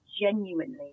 genuinely